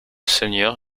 seigneur